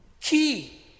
key